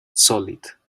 solid